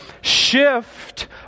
shift